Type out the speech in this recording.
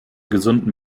gesunden